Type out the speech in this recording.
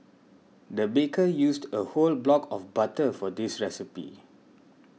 the baker used a whole block of butter for this recipe